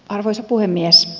arvoisa puhemies